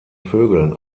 vögeln